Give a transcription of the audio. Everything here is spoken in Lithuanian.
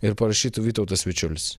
ir parašytų vytautas vičiulis